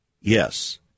Yes